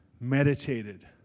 meditated